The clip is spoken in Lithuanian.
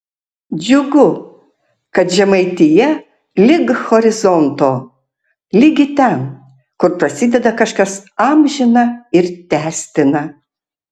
džiugu kad žemaitija lig horizonto ligi ten kur prasideda kažkas amžina ir tęstina